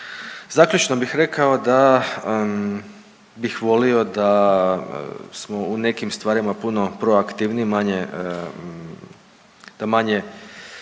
Zaključno bih rekao da bih volio da smo u nekim stvarima puno proaktivniji, manje,